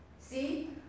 See